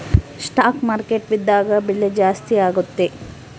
stock market ಬಿದ್ದಾಗ ಬೆಲೆ ಜಾಸ್ತಿ ಆಗುತ್ತೆ